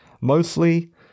mostly